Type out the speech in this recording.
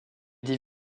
des